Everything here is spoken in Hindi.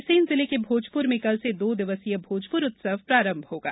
रायसेन जिले के भोजपुर में कल से दो दिवसीय भोजपुर उत्सव प्रारंभ होगा